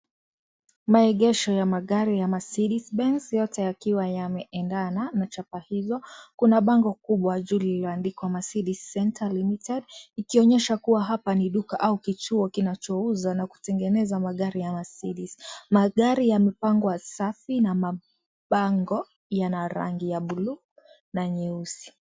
Maegesho ya magari ya Marcedes Benz yote yakiwa yameenda na na chapa hiyo. Kuna bango moja juu ambalo limeandikwa Marcedes Centre Limited, ikionyesha kuwa hapa ni duka au kituo kinachouza au kutengeneza magari ya Marcedes. Magari yamepangwa safi na mabango, yana rangi ya buluu na nyeusi.